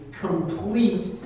complete